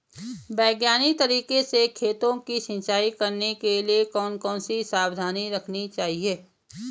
वैज्ञानिक तरीके से खेतों में सिंचाई करने के लिए कौन कौन सी सावधानी रखनी चाहिए?